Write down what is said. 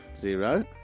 Zero